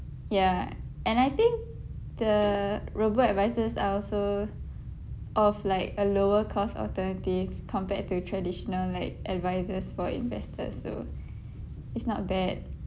ya and I think the robo advisers are also of like a lower cost alternative compared to traditional like advisors for investors so it's not bad